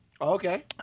Okay